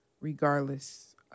regardless